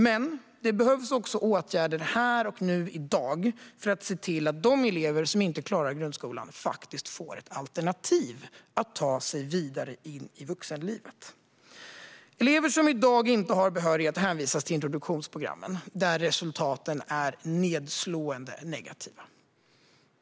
Men det behövs också åtgärder här och nu för att se till att de elever som inte klarar grundskolan faktiskt får ett alternativ för att ta sig vidare in i vuxenlivet. Elever som i dag inte har behörighet hänvisas till introduktionsprogrammen, där resultaten är nedslående och negativa.